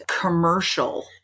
commercial